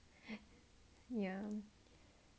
ya